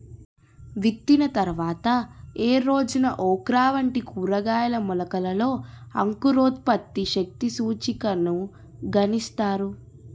విత్తిన తర్వాత ఏ రోజున ఓక్రా వంటి కూరగాయల మొలకలలో అంకురోత్పత్తి శక్తి సూచికను గణిస్తారు?